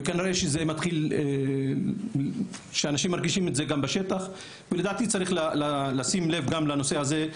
וכנראה שאנשים מרגישים את זה גם בשטח ולדעתי צריך לשים לב גם לנושא הזה,